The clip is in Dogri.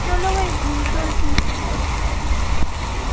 चलो भई